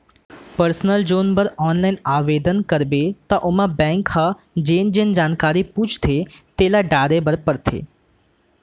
personal जोन बर online आबेदन करबे त ओमा बेंक ह जेन जेन जानकारी पूछथे तेला डारे बर परथे